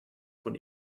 von